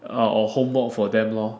err or homework for them lor